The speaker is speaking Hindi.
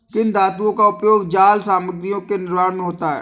किन धातुओं का उपयोग जाल सामग्रियों के निर्माण में होता है?